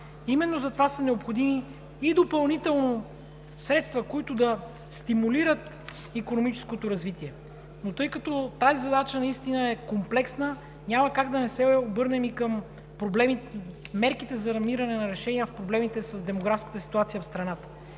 Именно затова са необходими допълнително средства, които да стимулират икономическото развитие, но тъй като тази задача наистина е комплексна, няма как да не се обърнем към мерките за намиране на решение за проблемите с демографската ситуация в страната.